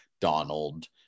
Donald